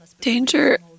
danger